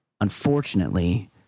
unfortunately